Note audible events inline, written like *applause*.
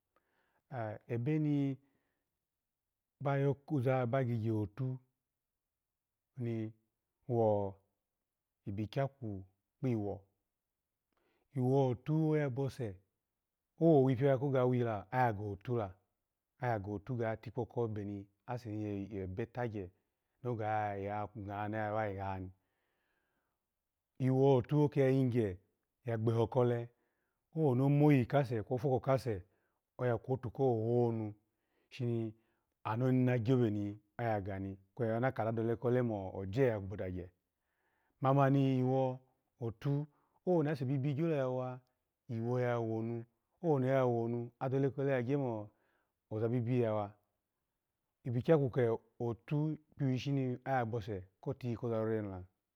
*hesitation* ebe ni ba ginyahe out ni wo ibigya ku kpiwo, iwo atu bi oyabosu, owowi pi oya yimu kowila oga ga atula, oya ga tikpo kepeniase niye ba tagye noga ngma wa yi ha ni. Iwo otun oya yigye ya gbeho kolu la, owo ni omoyi kase kwe ofoko kase oya kwotu kowonu shini aboni na nyebe ng oyap gani kwe ona kada kdemo ojk yagbodagaye. Mumani iwo out, owoni asebibi gyo ya wa iwo ya wonu, owo ni oya wonu adole kole ya gyu mo oza bibi yawa, ibigyaku ke out bini hushi no ya bose ko tiyi koza rore nu la.